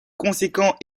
conséquent